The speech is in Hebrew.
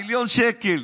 מיליון שקל.